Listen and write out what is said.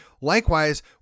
Likewise